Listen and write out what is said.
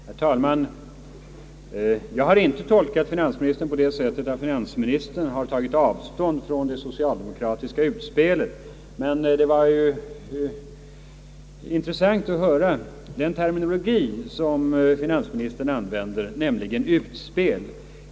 Herr talman! Jag har inte tolkat finansministern på det sättet att han skulle ha tagit avstånd från det socialdemokratiska förslaget. Det var dock intressant att höra den terminologi som finansministern använde, nämligen »utspel».